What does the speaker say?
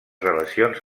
relacions